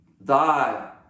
thy